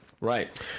Right